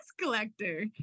collector